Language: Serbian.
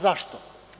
Zašto?